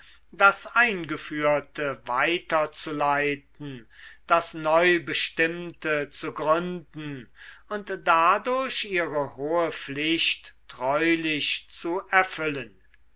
das eingeführte weiterzuleiten das neubestimmte zu gründen und dadurch ihre hohe pflicht treulich zu erfüllen